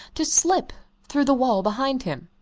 to slip through the wall behind him.